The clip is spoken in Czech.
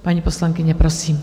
Paní poslankyně, prosím.